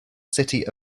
city